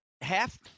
half